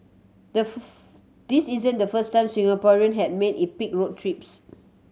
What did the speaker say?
the this isn't the first time Singaporeans had made epic road trips